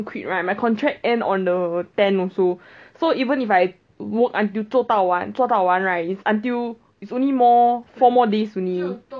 quit right my contract end on the tenth also so even if I work until 做到完做到完 right it's until it's only more four more days only